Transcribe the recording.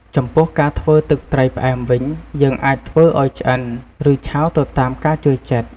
ចំពោះការធ្វើទឹកត្រីផ្អែមវិញ យើងអាចធ្វើឱ្យឆ្អិន ឬឆៅទៅតាមការចូលចិត្ត។